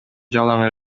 жалаң